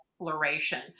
exploration